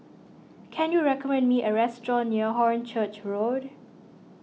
can you recommend me a restaurant near Hornchurch Road